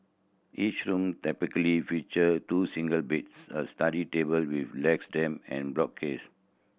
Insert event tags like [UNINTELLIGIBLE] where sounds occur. each room typically feature two single beds a study table with [UNINTELLIGIBLE] damp and bookcase